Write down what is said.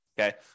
okay